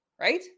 right